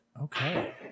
Okay